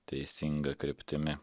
teisinga kryptimi